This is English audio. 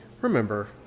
remember